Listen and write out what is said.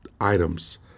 items